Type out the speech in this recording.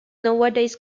nowadays